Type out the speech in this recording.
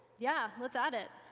yeah, let's add it.